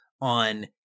on